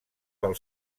pel